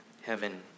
heaven